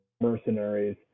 mercenaries